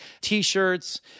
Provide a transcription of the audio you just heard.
t-shirts